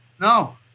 No